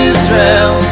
Israel